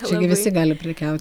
čia gi visi gali prekiaut